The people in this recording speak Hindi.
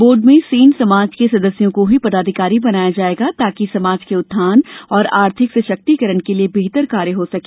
बोर्ड में सेन समाज के सदस्यों को ही पदाधिकारी बनाया जायेगा ताकि समाज के उत्थान और आर्थिक सशक्तीकरण के लिए बेहतर कार्य हो सके